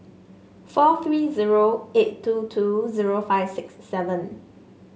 four three zero eight two two zero five six seven